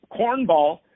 cornball